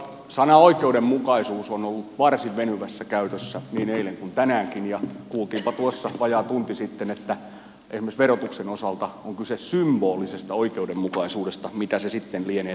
sana oikeudenmukaisuus on ollut varsin venyvässä käytössä niin eilen kuin tänäänkin ja kuultiinpa tuossa vajaa tunti sitten että esimerkiksi verotuksen osalta on kyse symbolisesta oikeudenmukaisuudesta mitä se sitten tarkoittaneekaan